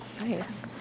Nice